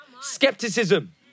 skepticism